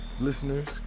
listeners